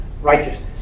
Righteousness